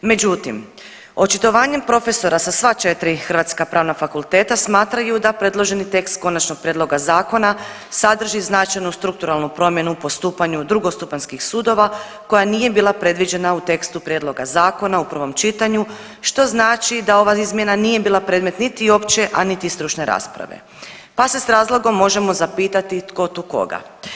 Međutim, očitovanjem profesora sa sva četiri hrvatska pravna fakulteta smatraju da predloženi tekst konačnog prijedloga zakona sadrži značajnu strukturalnu promjenu postupaju drugostupanjskih sudova koja nije bila predviđena u tekstu prijedloga zakona u prvom čitanju što znači da ova izmjena nije bila predmet niti opće, a niti stručne rasprave, pa se s razlogom možemo zapitati tko tu koga.